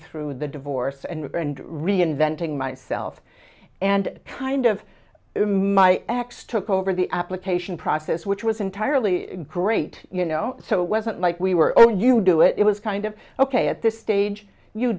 through the divorce and reinventing myself and kind of to my ex took over the application process which was entirely great you know so it wasn't like we were or you do it was kind of ok at this stage you